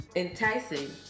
enticing